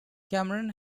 cameron